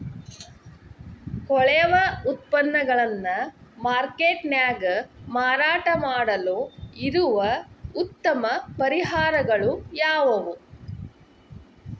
ಕೊಳೆವ ಉತ್ಪನ್ನಗಳನ್ನ ಮಾರ್ಕೇಟ್ ನ್ಯಾಗ ಮಾರಾಟ ಮಾಡಲು ಇರುವ ಉತ್ತಮ ಪರಿಹಾರಗಳು ಯಾವವು?